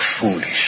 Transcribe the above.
foolish